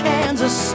Kansas